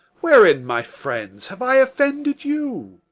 wherein, my friends, have i offended you?